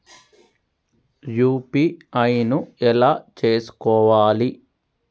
UPI ను ఎలా చేస్కోవాలి?